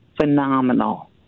phenomenal